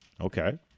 okay